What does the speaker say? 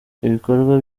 ibikorwa